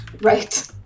Right